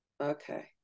okay